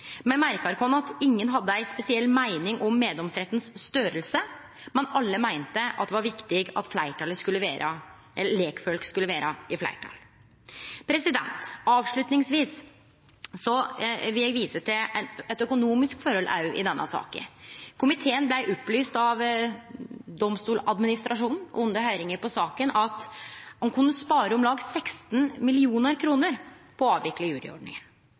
Me merkar oss at ingen hadde ei spesiell meining om storleiken på meddomsretten, men alle meinte det var viktig at lekfolk skulle vere i fleirtal. Avslutningsvis vil eg òg vise til eit økonomisk forhold i denne saka. Komiteen blei opplyst av Domstoladministrasjonen under høyringa i saka om at ein kunne spare om lag 16 mill. kr på å avvikle